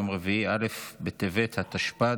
יום רביעי א' בטבת התשפ"ד,